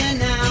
now